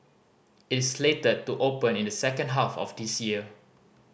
it is slated to open in the second half of this year